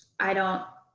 i don't,